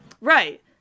Right